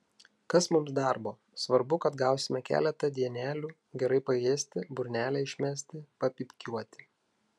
kas mums darbo svarbu kad gausime keletą dienelių gerai paėsti burnelę išmesti papypkiuoti